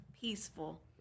peaceful